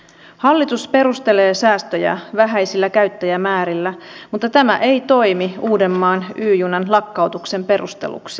hallitus perustelee säästöjä vähäisillä käyttäjämäärillä mutta tämä ei toimi uudenmaan y junan lakkautuksen perusteluksi